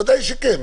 בוודאי שכן,